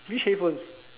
which headphones